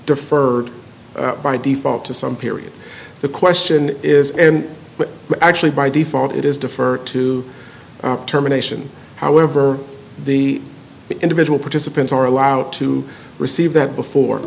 deferred by default to some period the question is and actually by default it is defer to terminations however the individual participants are allowed to receive that before